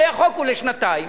הרי החוק הוא לשנתיים.